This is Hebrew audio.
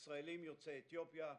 ישראלים יוצאי אתיופיה,